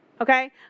Okay